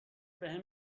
بهم